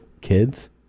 kids